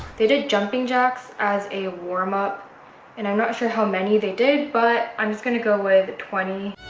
they did jumping jacks as a warm-up and i'm not sure how many they did but i'm just gonna go with twenty